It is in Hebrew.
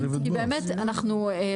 אז אני שואלת.